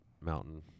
mountain